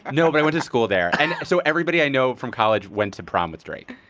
no, but i went to school there. and so everybody i know from college went to prom with drake.